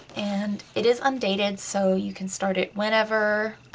and it is undated so you can start it whenever.